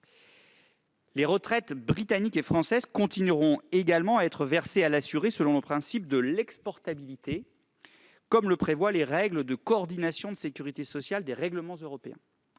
Les retraites britanniques et françaises continueront également à être versées à l'assuré selon le principe de « l'exportabilité », comme le prévoient les règles de coordination de sécurité sociale des règlements européens.